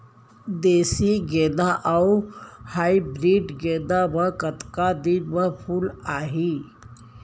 देसी गेंदा अऊ हाइब्रिड गेंदा म कतका दिन म फूल आही?